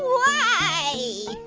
why?